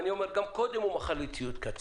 אני אומר: גם קודם הוא מכר לי ציוד קצה.